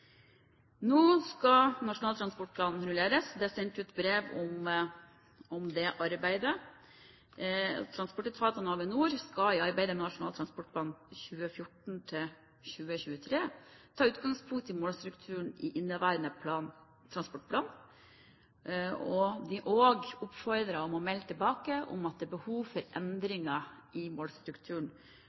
Nå skal Nasjonal transportplan rulleres. Det er sendt ut brev om det arbeidet. Transportetatene og Avinor skal i arbeidet med Nasjonal transportplan 2014–2023 ta utgangspunkt i målstrukturen i inneværende transportplan, og de blir også oppfordret til å melde tilbake behov for endringer i